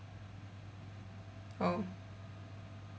oh